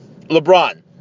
LeBron